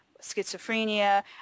schizophrenia